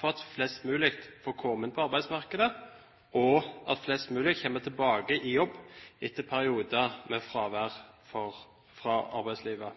for at flest mulig kommer inn på arbeidsmarkedet, og at flest mulig kommer tilbake i jobb etter perioder med fravær fra arbeidslivet.